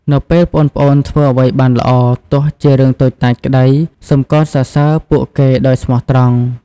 នៅពេលប្អូនៗធ្វើអ្វីបានល្អ ទោះជារឿងតូចតាចក្តី សូមកោតសរសើរពួកគេដោយស្មោះត្រង់។